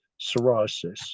psoriasis